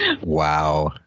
Wow